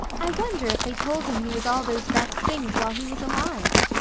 i wonder if they told him he was all those best things while he was alive.